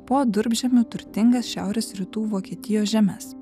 po durpžemio turtingas šiaurės rytų vokietijos žemes